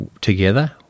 together